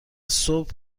صبح